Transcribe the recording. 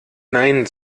nein